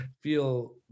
feel